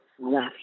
left